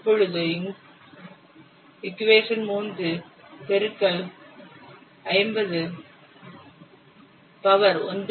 இப்போழுது equation 3 பெருக்கல் 50 power 1